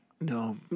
No